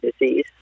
disease